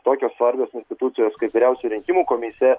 tokios svarbios institucijos kaip vyriausioji rinkimų komisija